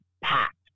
packed